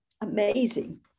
amazing